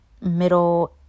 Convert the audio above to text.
middle